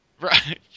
Right